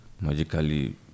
magically